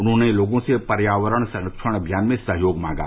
उन्होंने लोगों से पर्यावरण संरक्षण अभियान में सहयोग मांगा